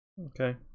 okay